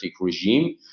regime